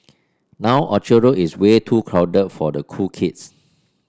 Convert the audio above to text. now Orchard Road is way too crowded for the cool kids